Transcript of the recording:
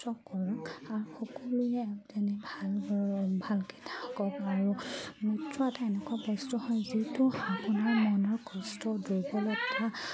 উৎসৱ কৰক আৰু সকলোৱে যেনে ভাল ভালকে থাকক আৰু মৃত্য এটা এনেকুৱা কষ্ট হয় যিটো আপোনাৰ মনৰ কষ্ট দুৰ্বলতা